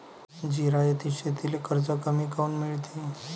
जिरायती शेतीले कर्ज कमी काऊन मिळते?